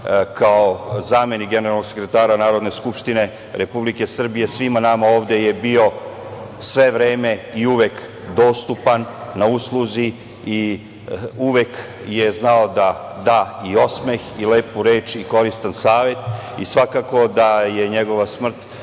Kao zamenik generalnog sekretara Narodne skupštine Republike Srbije svima nama ovde je bio sve vreme i uvek dostupan, na usluzi i uvek je znao da da i osmeh i lepu reč i koristan savet i svakako da je njegova smrt